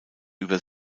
über